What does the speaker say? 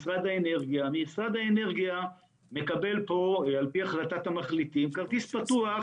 משרד האנרגיה מקבל על פי החלטת המחליטים כרטיס פתוח